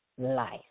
life